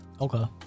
Okay